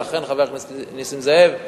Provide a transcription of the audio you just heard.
ולכן, חבר הכנסת נסים זאב,